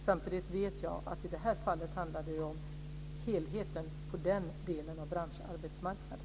Samtidigt vet jag att i det här fallet handlar det om helheten på den delen av branscharbetsmarknaden.